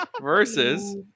versus